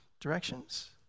directions